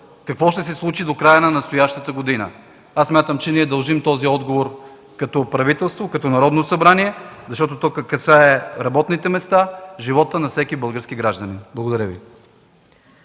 какво ще се случи до края на настоящата година? Смятам, че дължим този отговор като правителство, като Народно събрание, защото това касае работните места, живота на всеки български гражданин. Благодаря Ви.